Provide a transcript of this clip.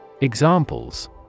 Examples